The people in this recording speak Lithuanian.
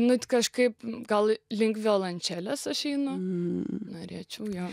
nu kažkaip gal link violončelės aš einu m norčiau jo